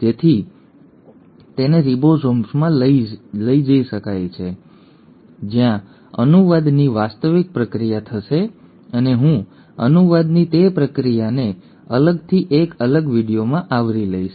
જેથી તેને રિબોઝોમમાં લઈ જઈ શકાય જ્યાં અનુવાદની વાસ્તવિક પ્રક્રિયા થશે અને હું અનુવાદની તે પ્રક્રિયાને અલગથી એક અલગ વિડિયોમાં આવરી લઈશ